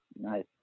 Nice